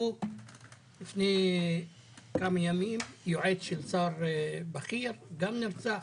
לפני כמה ימים יועץ של שר בכיר גם נרצח.